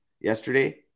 yesterday